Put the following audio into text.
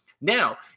Now